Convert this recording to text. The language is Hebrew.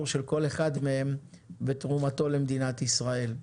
של כל אחד מהם ותרומתו למדינת ישראל.